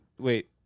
Wait